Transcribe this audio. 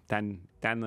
ten ten